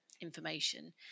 information